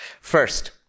First